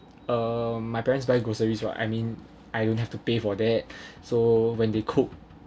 um my parents buy groceries [what] I mean I don't have to pay for that so when they cook